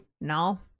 No